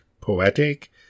poetic